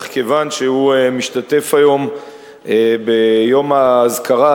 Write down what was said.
אך כיוון שהוא משתתף היום ביום האזכרה,